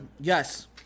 Yes